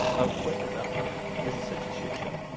o quip is up again. this is such a shit show